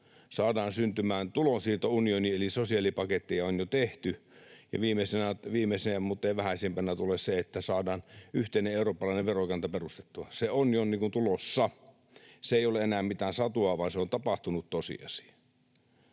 saadaan syntymään tulonsiirtounioni, eli sosiaalipaketteja on jo tehty, ja viimeisenä muttei vähäisimpänä tulee se, että saadaan yhteinen eurooppalainen verokanta perustettua. Se on jo tulossa, se ei ole enää mitään satua, vaan se on tapahtunut tosiasia.